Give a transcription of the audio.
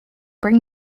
bring